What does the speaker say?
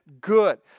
good